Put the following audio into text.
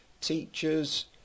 teachers